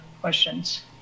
questions